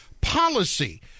policy